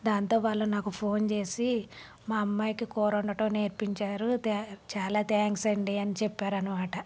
దాంతో వాళ్ళు నాకు ఫోన్ చేసి మా అమ్మాయికి కూర వండటం నేర్పించారు థ్యాం చాలా థ్యాంక్స్ అండి అని చెప్పారనమాట